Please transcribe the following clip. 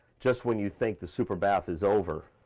just when you think the super bath is over,